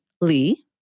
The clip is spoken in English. Lee